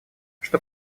что